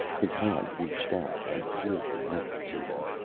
his hand reached out and slid the rifle to him.